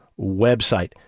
website